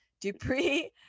Dupree